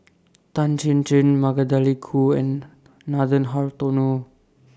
Tan Chin Chin Magdalene Khoo and Nathan Hartono